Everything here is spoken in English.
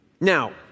Now